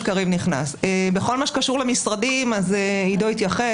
בכל מה שקשור למשרדים, עידו התייחס.